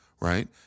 right